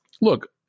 look